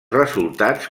resultats